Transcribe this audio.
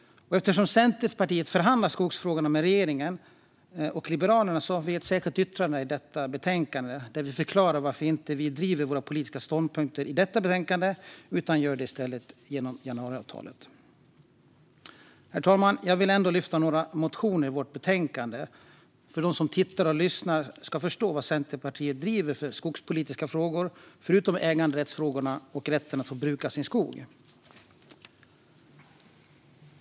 Eftersom Centerpartiet förhandlar skogsfrågorna med regeringen och Liberalerna har vi ett särskilt yttrande i detta betänkande där vi förklarar varför vi inte driver våra politiska ståndpunkter i detta betänkande utan i stället gör det genom januariavtalet. Herr talman! Jag vill ändå lyfta fram några av våra motioner i betänkandet för att de som tittar och lyssnar ska förstå vilka skogspolitiska frågor Centerpartiet driver förutom äganderättsfrågorna och rätten att få bruka sin skog.